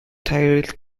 tyrrell